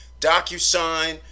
DocuSign